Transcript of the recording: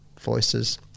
voices